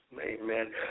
amen